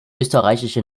österreichische